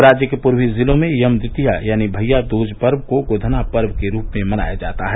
राज्य के पूर्वी जिलों में यम द्वितीया यानी भइया दूज पर्व को गोधना पर्व के रूप में मनाया जाता है